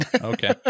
Okay